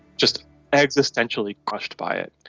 just existentially crushed by it.